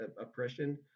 oppression